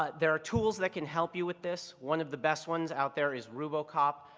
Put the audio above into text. ah there are tools that can help you with this. one of the best ones out there is rubocop.